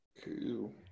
Cool